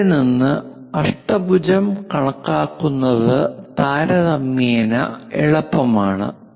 അവിടെ നിന്ന് അഷ്ടഭുജം കണക്കാക്കുന്നത് താരതമ്യേന എളുപ്പമാണ്